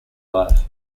life